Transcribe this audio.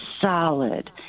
solid